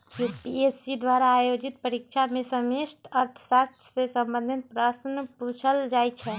UPSC द्वारा आयोजित परीक्षा में समष्टि अर्थशास्त्र से संबंधित प्रश्न पूछल जाइ छै